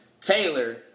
Taylor